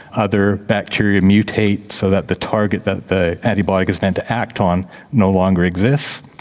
other bacteria mutate so that the target that the antibiotic is meant to act on no longer exists.